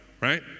right